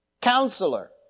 Counselor